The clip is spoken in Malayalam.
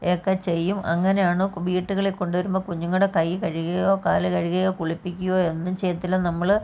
ഒക്കെ ചെയ്യും അങ്ങനെയാണ് കൊ വീട്ടുകളിൽ കൊണ്ടു വരുമ്പോൾ കുഞ്ഞുങ്ങളുടെ കൈ കഴുകുയോ കാലുകഴുകുകയോ കുളിപ്പിക്കയോ ഒന്നും ചെയ്യത്തില്ല നമ്മൾ